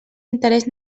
interés